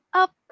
up